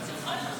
אחד נמנע.